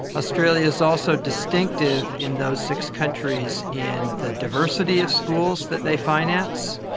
australia is also distinctive in those six countries in the diversity of schools that they finance.